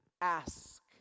ask